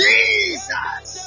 Jesus